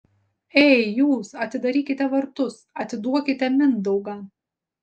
ei jūs atidarykite vartus atiduokite mindaugą